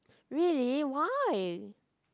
really why